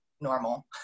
normal